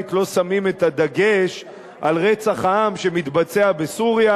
לא שמים את הדגש על רצח העם שמתבצע בסוריה,